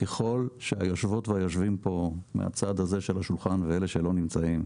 ככל שהיושבות והיושבים פה מהצד הזה של השולחן ואלה שלא נמצאים,